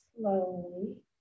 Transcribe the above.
slowly